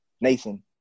Nathan